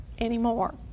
anymore